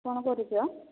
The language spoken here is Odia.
କ'ଣ କରୁଛ